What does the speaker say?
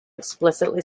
explicitly